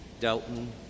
Dalton